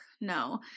no